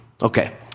Okay